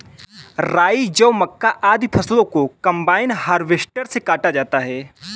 राई, जौ, मक्का, आदि फसलों को कम्बाइन हार्वेसटर से काटा जाता है